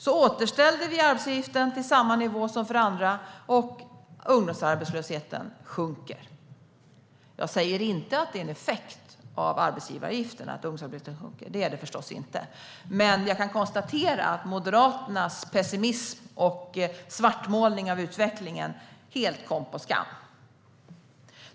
Vi återställde arbets-givaravgiften till samma nivå som för andra, och ungdomsarbetslösheten sjunker. Jag säger inte att det är en effekt av arbetsgivaravgiften att ung-domsarbetslösheten sjunker. Det är det förstås inte. Men jag kan konstatera att Moderaternas pessimism och svartmålning av utvecklingen helt kom på skam.